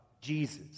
Jesus